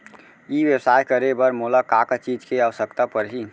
ई व्यवसाय करे बर मोला का का चीज के आवश्यकता परही?